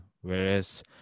Whereas